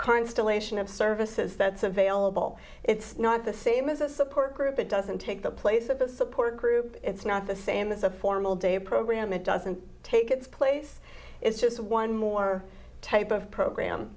constellation of services that's available it's not the same as a support group it doesn't take the place of a support group it's not the same as a formal day program it doesn't take its place it's just one more type of program